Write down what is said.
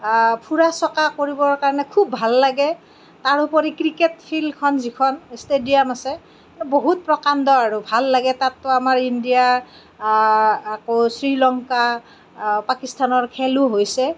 ফুৰা চকা কৰিবৰ কাৰণে খুব ভাল লাগে তাৰোপৰি ক্ৰিকেট ফিল্ডখন যিখন ষ্টেডিয়াম আছে বহুত প্ৰকাণ্ড আৰু ভাল লাগে তাতো আমাৰ ইণ্ডিয়াৰ আকৌ শ্ৰীলংকা পাকিস্তানৰ খেলো হৈছে